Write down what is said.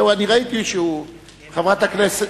ואנחנו מתחילים בנאומים בני דקה,